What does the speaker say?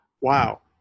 wow